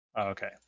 Okay